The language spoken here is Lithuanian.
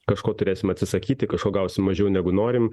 kažko turėsim atsisakyti kažko gausim mažiau negu norim